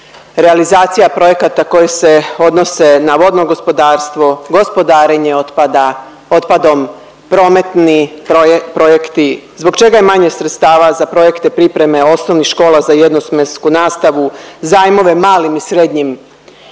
realizaciju projekata koje se odnose na vodno gospodarstvo, gospodarenje otpada otpadom, prometni projekti zbog čega je manje sredstava za projekte pripreme osnovnih škola za jednosmjensku nastavu, zajmove malim i srednjim